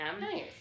nice